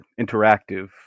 interactive